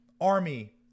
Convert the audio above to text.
army